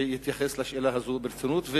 שיתייחס לשאלה הזאת ברצינות,